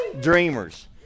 dreamers